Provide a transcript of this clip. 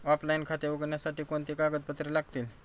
Offline खाते उघडण्यासाठी कोणती कागदपत्रे लागतील?